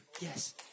Yes